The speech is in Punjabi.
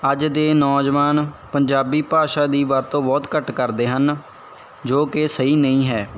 ਅੱਜ ਦੇ ਨੌਜਵਾਨ ਪੰਜਾਬੀ ਭਾਸ਼ਾ ਦੀ ਵਰਤੋਂ ਬਹੁਤ ਘੱਟ ਕਰਦੇ ਹਨ ਜੋ ਕਿ ਸਹੀ ਨਹੀਂ ਹੈ